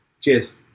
Cheers